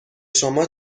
شما